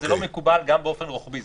זה לא מקובל גם באופן רוחבי.